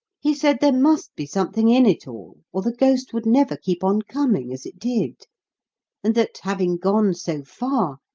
he said there must be something in it all, or the ghost would never keep on coming as it did and that, having gone so far,